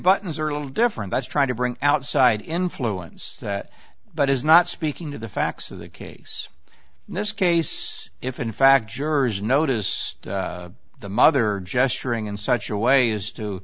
buttons are a little different that's trying to bring outside influence that but is not speaking to the facts of the case in this case if in fact jurors notice the mother gesturing in such a way is to